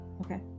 Okay